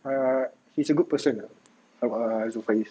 err he's a good person arwah faiz